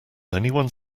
anyone